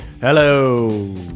Hello